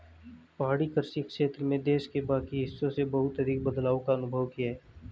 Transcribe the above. पहाड़ी कृषि क्षेत्र में देश के बाकी हिस्सों से बहुत अधिक बदलाव का अनुभव किया है